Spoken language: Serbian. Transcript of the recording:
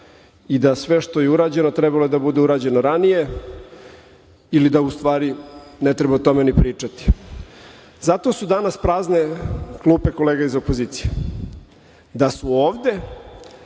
i da sve što je urađeno trebalo je da bude urađeno ranije ili da u stvari ne treba o tome ni pričati. Zato su danas prazne klupe kolega iz opozicije. Da su ovde,